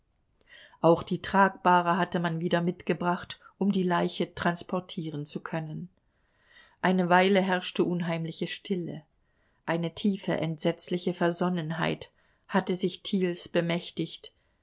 auch die tragbahre hatte man wieder mitgebracht um die leiche transportieren zu können eine weile herrschte unheimliche stille eine tiefe entsetzliche versonnenheit hatte sich thiels bemächtigt